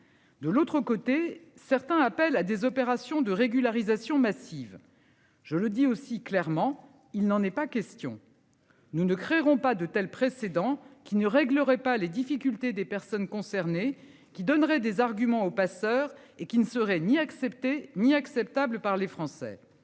De l'autre côté. Certains appellent à des opérations de régularisation massive, je le dis aussi clairement, il n'en est pas question. Nous ne créerons pas de tels précédents qui ne réglerait pas les difficultés des personnes concernées qui donnerait des arguments aux passeurs et qui ne serait ni accepté ni acceptable par les Français.